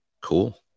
Cool